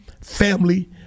family